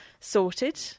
sorted